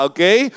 Okay